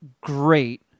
great